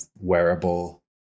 wearable